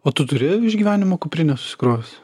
o tu turi išgyvenimo kuprinę susikrovęs